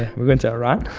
we're going to iran?